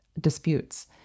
disputes